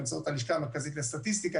באמצעות הלשכה המרכזית לסטטיסטיקה,